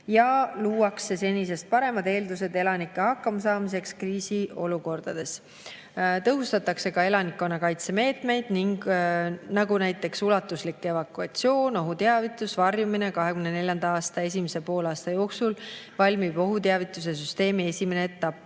Luuakse senisest paremad eeldused elanike hakkamasaamiseks kriisiolukordades. Tõhustatakse ka elanikkonnakaitse meetmeid, näiteks ulatuslik evakuatsioon, ohuteavitus, varjumine – 2024. aasta esimese poolaasta jooksul valmib ohuteavituse süsteemi esimene etapp